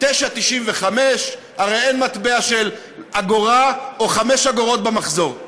9.95. הרי אין מטבע של אגורה או 5 אגורות במחזור.